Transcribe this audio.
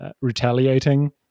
retaliating